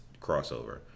crossover